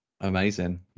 amazing